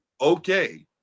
okay